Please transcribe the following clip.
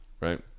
Right